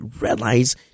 realize